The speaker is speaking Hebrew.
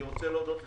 אני רוצה להודות לך,